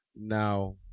Now